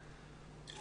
לפרוטוקול?